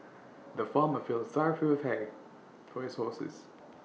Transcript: the farmer filled full of hay for his horses